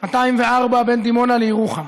204 בין דימונה לירוחם,